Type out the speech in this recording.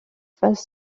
phase